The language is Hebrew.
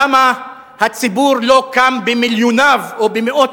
למה הציבור לא קם במיליוניו או במאות